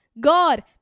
God